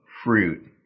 Fruit